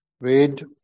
read